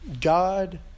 God